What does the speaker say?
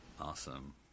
Awesome